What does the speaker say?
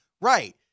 Right